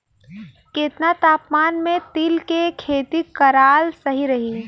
केतना तापमान मे तिल के खेती कराल सही रही?